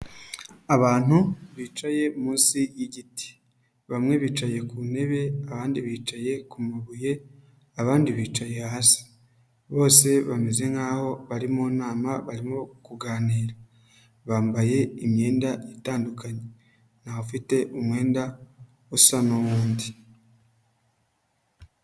Abantu bicaye munsi y'igiti. Bamwe bicaye ku ntebe, abandi bicaye ku mabuye, abandi bicaye hasi. Bose bameze nk'aho bari mu nama, barimo kuganira. Bambaye imyenda itandukanye. Ntawufite umwenda usa n'uwundi.